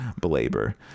belabor